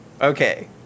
Okay